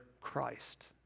Christ